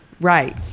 Right